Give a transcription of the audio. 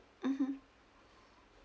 mmhmm